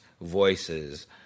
voices